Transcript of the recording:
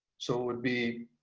so it would be